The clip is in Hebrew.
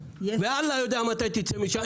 ואללה יודע מתי תצא משם,